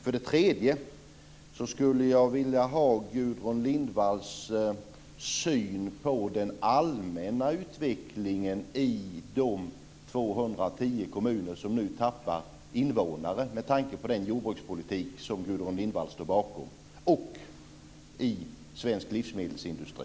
För det tredje skulle jag, med tanke på den jordbrukspolitik som Gudrun Lindvall står bakom, vilja ha Gudrun Lindvalls syn på den allmänna utvecklingen i de 210 kommuner som nu tappar invånare och i svensk livsmedelsindustri.